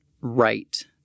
right